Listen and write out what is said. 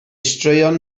straeon